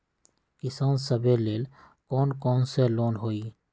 किसान सवे लेल कौन कौन से लोने हई?